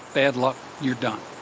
bad luck. you're done